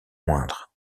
moindre